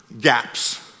Gaps